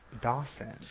Dawson